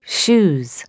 shoes